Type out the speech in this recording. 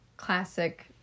classic